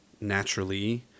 naturally